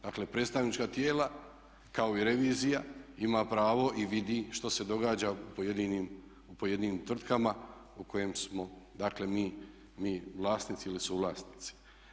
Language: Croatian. Dakle predstavnička tijela kao i revizija ima pravo i vidi što se događa u pojedinim tvrtkama u kojim smo dakle mi vlasnici ili suvlasnici.